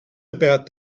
about